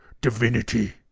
divinity